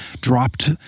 dropped